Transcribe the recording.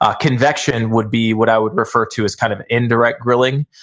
ah convection would be what i would refer to is kind of indirect grilling.